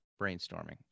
Brainstorming